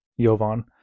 Jovan